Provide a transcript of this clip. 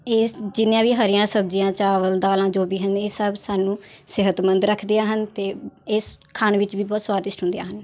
ਇਹ ਸ ਜਿੰਨੀਆਂ ਵੀ ਹਰੀਆਂ ਸਬਜ਼ੀਆਂ ਚਾਵਲ ਦਾਲਾਂ ਜੋ ਵੀ ਹਨ ਇਹ ਸਭ ਸਾਨੂੰ ਸਿਹਤਮੰਦ ਰੱਖਦੀਆਂ ਹਨ ਅਤੇ ਇਸ ਖਾਣ ਵਿੱਚ ਵੀ ਬਹੁਤ ਸਵਾਦਿਸ਼ਟ ਹੁੰਦੀਆਂ ਹਨ